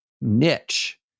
niche